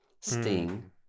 Sting